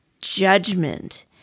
judgment